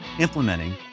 implementing